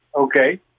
Okay